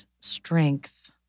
strength